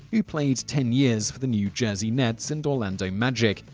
who played ten years for the new jersey nets and orlando magic,